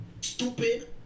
Stupid